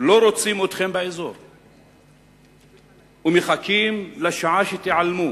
לא רוצים אתכם ומחכים לשעה שתיעלמו.